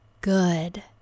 Good